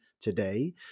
today